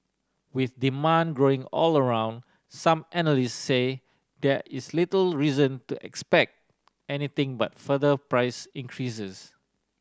with demand growing all around some analysts say there is little reason to expect anything but further price increases